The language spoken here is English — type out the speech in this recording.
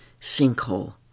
sinkhole